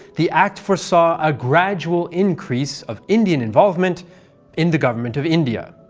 the act foresaw a gradual increase of indian involvement in the government of india.